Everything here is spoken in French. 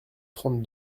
trente